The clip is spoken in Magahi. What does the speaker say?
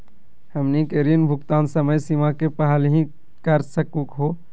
हमनी के ऋण भुगतान समय सीमा के पहलही कर सकू हो?